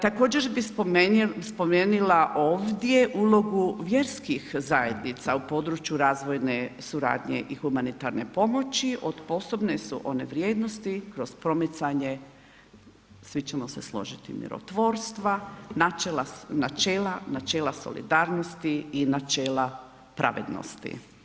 Također bih spomenula ovdje ulogu vjerskih zajednica u području razvojne suradnje i humanitarne pomoći od posebne su one vrijednosti kroz promicanje, svi ćemo se složiti, mirotvorstva, načela, načela solidarnost i načela pravednosti.